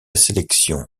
sélection